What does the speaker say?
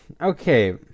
okay